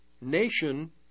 nation